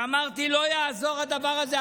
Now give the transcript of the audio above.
ואמרתי: לא יעזור הדבר הזה.